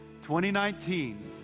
2019